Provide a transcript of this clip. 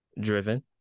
Driven